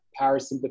parasympathetic